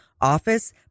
office